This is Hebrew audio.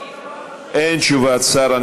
אין תשובת שר.